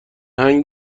هنگ